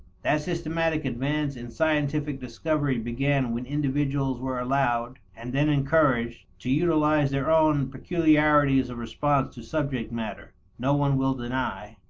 that systematic advance in scientific discovery began when individuals were allowed, and then encouraged, to utilize their own peculiarities of response to subject matter, no one will deny.